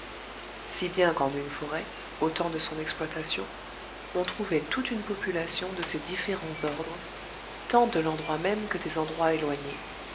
si bien qu'en une forêt au temps de son exploitation on trouvait toute une population de ces différents ordres tant de l'endroit même que des endroits éloignés